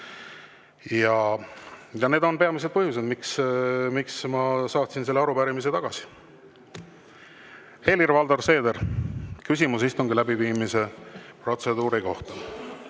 Need on peamised põhjused, miks ma saatsin selle arupärimise tagasi. Helir-Valdor Seeder, küsimus istungi läbiviimise protseduuri kohta.